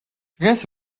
დღეს